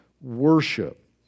worship